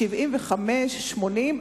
75 80,